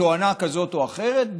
בתואנה כזו או אחרת,